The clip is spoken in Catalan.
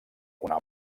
una